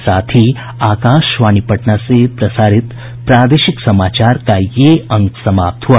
इसके साथ ही आकाशवाणी पटना से प्रसारित प्रादेशिक समाचार का ये अंक समाप्त हुआ